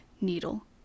needle